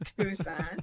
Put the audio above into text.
Tucson